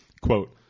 Quote